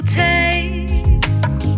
taste